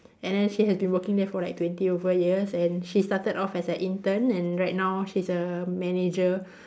and then she has been working there for like twenty over years and she started off as a intern and right now she's a manager